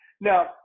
Now